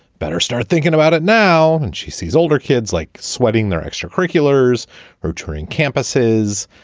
better start thinking about it now. and she sees older kids, like sweating their extracurriculars or touring campuses,